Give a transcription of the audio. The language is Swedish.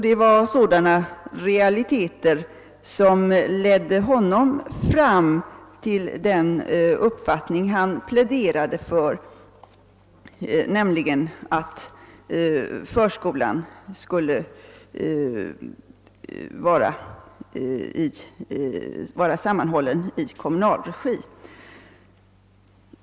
Det var sådana realiteter som iedde honom fram till den uppfattning som han pläderade för, nämligen att förskolan skulle vara sammanhållen i kommunal regi.